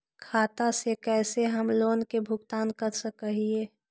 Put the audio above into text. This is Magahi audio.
खाता से कैसे हम लोन के भुगतान कर सक हिय?